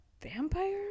vampire